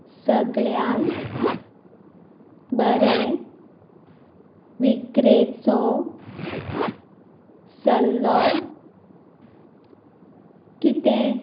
सगळ्यांत बरो विकरेचो सल्लो कितें